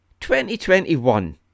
2021